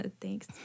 Thanks